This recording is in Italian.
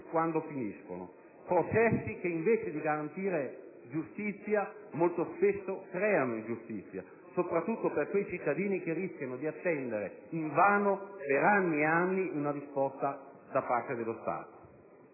quando finiscono; processi che, invece di garantire giustizia, molto spesso creano ingiustizia, soprattutto per quei cittadini che rischiano di attendere invano, per anni e anni, una risposta da parte dello Stato.